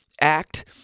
act